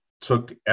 took